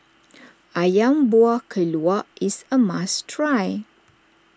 Ayam Buah Keluak is a must try